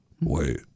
Wait